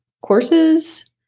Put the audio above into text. courses